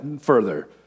further